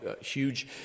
huge